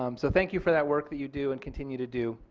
um so thank you for that work that you do and continue to do.